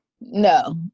No